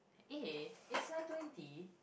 eh it's nine twenty